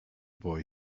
boy